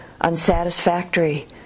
unsatisfactory